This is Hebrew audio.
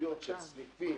המשמעותיות של סניפים,